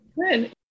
Good